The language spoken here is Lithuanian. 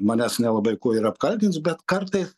manęs nelabai kuo ir apkaltins bet kartais